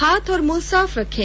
हाथ और मुंह साफ रखें